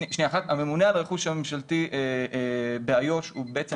הממונה על הרכוש הממשלתי באיו"ש הוא בעצם